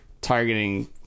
Targeting